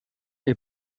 est